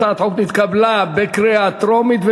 התשע"ג 2013,